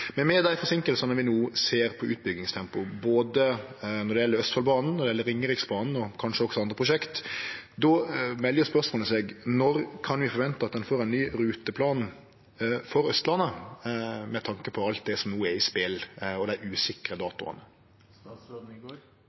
Men med dei forseinkingane vi no ser på utbyggingstempoet, både når det gjeld Østfoldbanen, Ringeriksbanen og kanskje også andre prosjekt, melder spørsmålet seg: Når kan vi forvente at ein får den nye ruteplanen for Austlandet, med tanke på alt det som no er i spel og dei usikre